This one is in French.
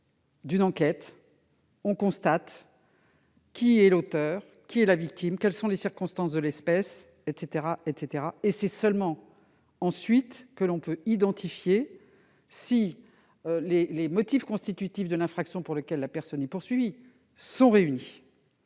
d'une enquête, on constate qui est l'auteur, qui est la victime, quelles sont les circonstances de l'espèce, etc. C'est seulement ensuite que l'on peut identifier si les éléments constitutifs de l'infraction pour laquelle la personne est poursuivie sont réunis.